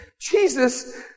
Jesus